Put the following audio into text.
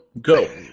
Go